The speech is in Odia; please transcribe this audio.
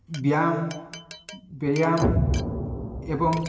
ବ୍ୟାୟାମ ବ୍ୟାୟାମ ଏବଂ